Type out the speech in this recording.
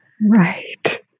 right